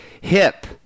hip